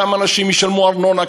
כמה אנשים ישלמו ארנונה,